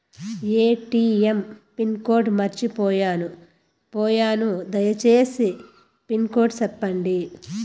ATM pin code మర్చిపోయాను పోయాను దయసేసి పిన్ కోడ్ సెప్పండి?